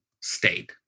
state